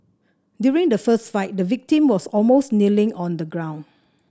during the fist fight the victim was almost kneeling on the ground